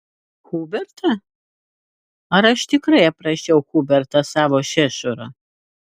hubertą ar aš tikrai aprašiau hubertą savo šešurą